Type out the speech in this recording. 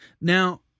Now